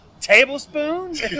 Tablespoons